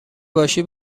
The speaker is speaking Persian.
باشی